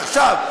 עכשיו,